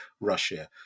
Russia